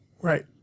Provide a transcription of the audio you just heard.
right